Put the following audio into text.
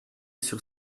sur